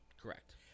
Correct